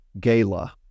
gala